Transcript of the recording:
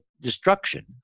destruction